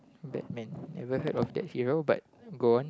Batman never heard of that hero but go on